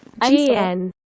GN